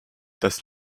das